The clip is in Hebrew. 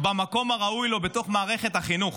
במקום ראוי לו בתוך מערכת החינוך.